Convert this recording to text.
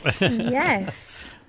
yes